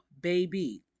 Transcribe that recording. baby